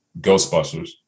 Ghostbusters